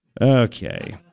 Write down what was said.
Okay